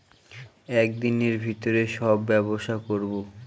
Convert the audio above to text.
এক দিনের ভিতরে সব ব্যবসা করবো